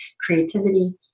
creativity